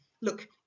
Look